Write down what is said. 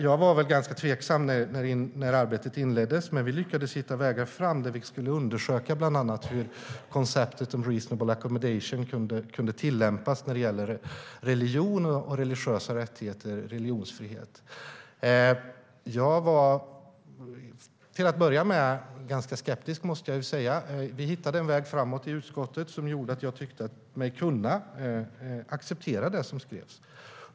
Jag var ganska tveksam när arbetet inleddes, men vi lyckades hitta vägar fram där vi bland annat skulle undersöka hur konceptet om reasonable accommodation kunde tillämpas när det gäller religion, religiösa rättigheter och religionsfrihet. Jag var till att börja med ganska skeptisk, måste jag säga. Vi hittade en väg framåt i utskottet som gjorde att jag tyckte mig kunna acceptera det som skrevs.